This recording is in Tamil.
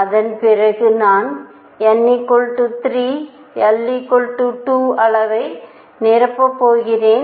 அதன் பிறகு நான் n 3 l 2 அளவை நிரப்பப் போகிறேன்